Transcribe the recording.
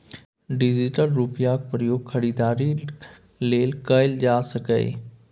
digital रुपैयाक प्रयोग खरीदारीक लेल कएल जा सकैए